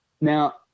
now